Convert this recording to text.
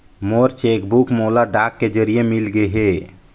मोर cheque book मोला डाक के जरिए मिलगे हे